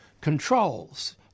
controls